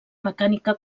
mecànica